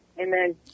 Amen